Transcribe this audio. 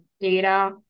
data